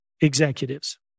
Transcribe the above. executives